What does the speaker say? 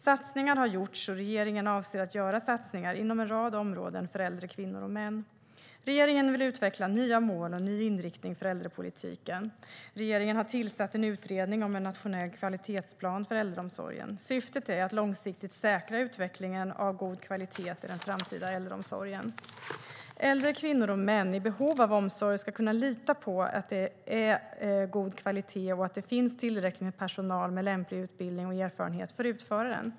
Satsningar har gjorts, och regeringen avser att göra satsningar inom en rad områden för äldre kvinnor och män. Regeringen vill utveckla nya mål och en ny inriktning för äldrepolitiken. Regeringen har tillsatt en utredning om en nationell kvalitetsplan för äldreomsorgen. Syftet är att långsiktigt säkra utvecklingen av god kvalitet i den framtida äldreomsorgen. Äldre kvinnor och män i behov av omsorg ska kunna lita på att den är av god kvalitet och att det finns tillräckligt med personal med lämplig utbildning och erfarenhet för att utföra den.